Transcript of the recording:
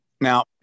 Now